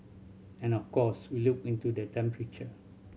and of course we look into the temperature